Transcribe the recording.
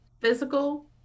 physical